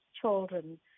children